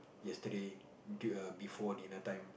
yesterday d~ err before dinner time